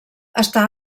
està